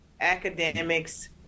academics